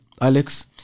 Alex